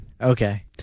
okay